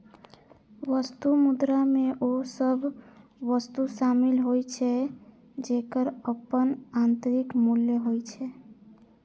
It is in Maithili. वस्तु मुद्रा मे ओ सभ वस्तु शामिल होइ छै, जेकर अपन आंतरिक मूल्य होइ छै